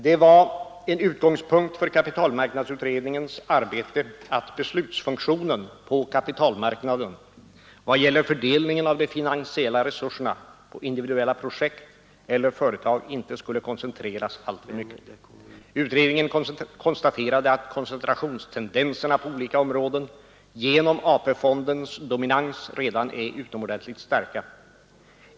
Det var en utgångspunkt för kapitalmarknadsutredningens arbete att beslutsfunktionen på kapitalmarknaden i vad gäller fördelningen av de finansiella resurserna på individuella projekt eller företag inte skulle koncentreras alltför mycket. Utredningen konstaterade att koncentrationstendenserna på olika områden genom AP-fondens dominans redan är utomordentligt starka.